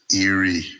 eerie